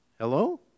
Hello